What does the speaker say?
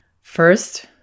First